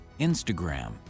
Instagram